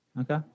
Okay